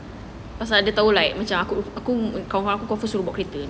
pasal dia tahu like macam aku aku suruh kau bawa kereta